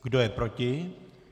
Kdo je proti?